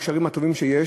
את הקשרים הטובים שיש.